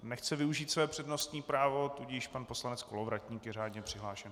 Nechce využít své přednostní právo, tudíž pan poslanec Kolovratník je řádně přihlášen.